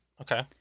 Okay